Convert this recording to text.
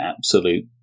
absolute